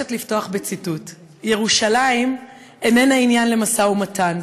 יעל כהן-פארן,